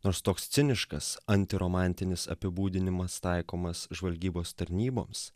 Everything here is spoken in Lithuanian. nors toks ciniškas anti romantinis apibūdinimas taikomas žvalgybos tarnyboms